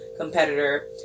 competitor